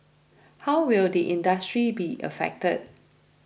how will the industry be affected